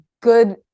good